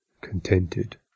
contented